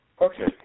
Okay